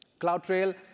CloudTrail